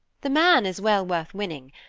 the man is well worth winning,